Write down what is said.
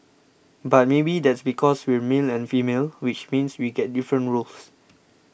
but maybe that's because we're male and female which means we get different roles